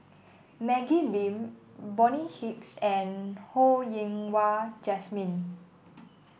Maggie Lim Bonny Hicks and Ho Yen Wah Jesmine